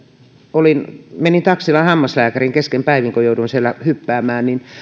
menin taksilla hammaslääkäriin kesken päivän kun jouduin siellä hyppäämään niin